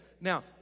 Now